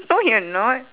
no you're not